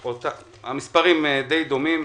המספרים די דומים.